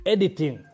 Editing